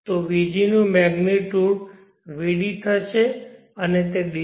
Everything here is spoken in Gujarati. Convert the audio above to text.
તો vg નો મેગ્નીટ્યૂડ vd થશે અને તે dc